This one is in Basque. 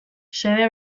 xede